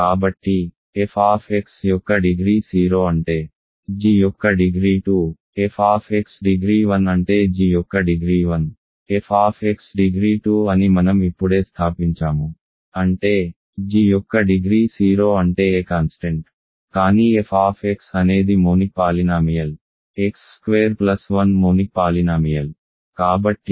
f యొక్క degree 0 అంటే g యొక్క డిగ్రీ 2 f డిగ్రీ 1 అంటే g యొక్క డిగ్రీ 1 f డిగ్రీ 2 అని మనం ఇప్పుడే స్థాపించాము అంటే g యొక్క డిగ్రీ 0 అంటే a కాన్స్టెంట్ కానీ f అనేది monic polynomial x square plus 1 monic polynomial